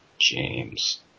James